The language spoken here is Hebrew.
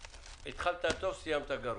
התחלת טוב, סיימת גרוע.